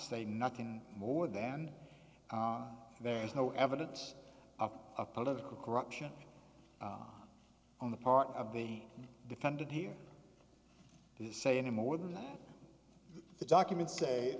say nothing more than there is no evidence of a political corruption on the part of the defendant here to say any more than that the documents say